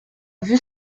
vue